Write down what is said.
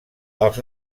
els